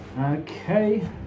Okay